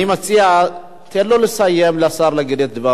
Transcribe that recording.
אני מציע, תן לו, לשר, לסיים, להגיד את דברו.